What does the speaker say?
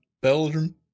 Belgium